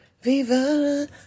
Viva